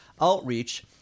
outreach